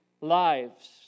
lives